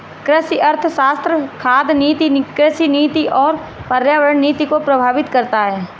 कृषि अर्थशास्त्र खाद्य नीति, कृषि नीति और पर्यावरण नीति को प्रभावित करता है